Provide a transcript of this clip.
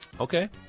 Okay